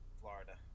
Florida